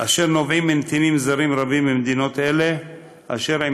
אשר נובעים מנתינים זרים רבים ממדינות אלה אשר עם